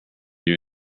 your